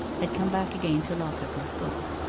had come back again to lock up his books.